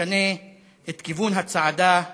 נשנה את כיוון הצעדה,